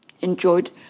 enjoyed